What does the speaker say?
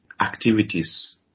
activities